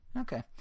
Okay